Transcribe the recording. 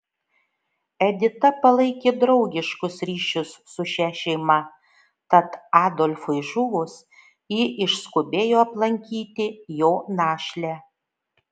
edita palaikė draugiškus ryšius su šia šeima tad adolfui žuvus ji išskubėjo aplankyti jo našlę